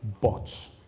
bots